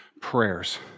prayers